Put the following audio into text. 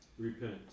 Repent